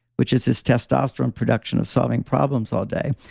which is this testosterone production of solving problems all day,